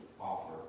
offer